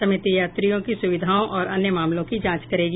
समिति यात्रियों की सुविधाओं और अन्य मामलों की जांच करेगी